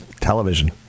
television